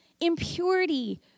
impurity